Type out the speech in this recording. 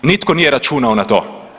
Nitko nije računao na to.